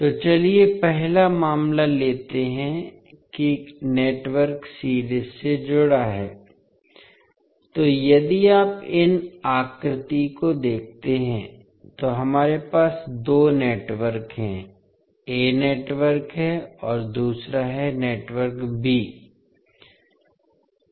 तो चलिए पहले मामला लेते हैं कि नेटवर्क सीरीज से जुड़ा है तो यदि आप इन आकृति को देखते हैं तो हमारे पास दो नेटवर्क हैं a नेटवर्क है और दूसरा है नेटवर्क b